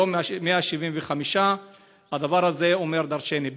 היום, 175. הדבר הזה אומר דרשני.